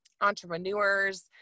entrepreneurs